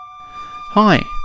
Hi